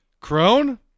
Crone